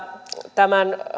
tämän